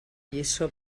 lliçó